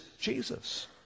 Jesus